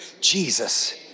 Jesus